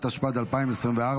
התשפ"ד 2024,